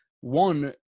One